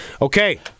Okay